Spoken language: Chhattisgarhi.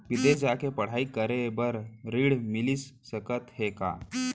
बिदेस जाके पढ़ई करे बर ऋण मिलिस सकत हे का?